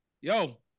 Yo